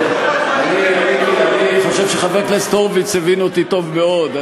אני חושב שחבר הכנסת הורוביץ הבין אותי טוב מאוד.